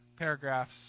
paragraphs